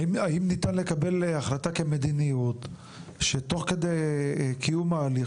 האם ניתן לקבל החלטה כמדיניות שתוך כדי קיום ההליך,